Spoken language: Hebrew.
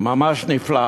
ממש נפלא.